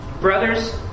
Brothers